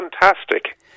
fantastic